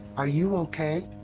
are you okay?